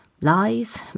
lies